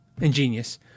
Ingenious